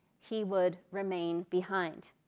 he would remain behind.